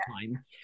time